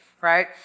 right